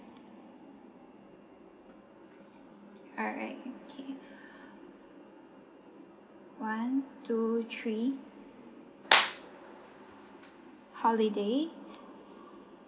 alright okay one two three holiday